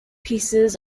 pieces